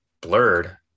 Blurred